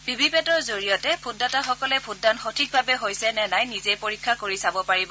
ভিভিপেটৰ জৰিয়তে ভোটদাতাসকলে ভোটদান সঠিকভাৱে হৈছে নে নাই নিজেই পৰীক্ষা কৰি চাব পাৰিব